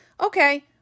Okay